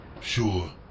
Sure